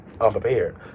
unprepared